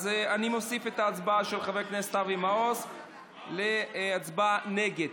אז אני מוסיף את ההצבעה של חבר הכנסת אבי מעוז להצבעה נגד.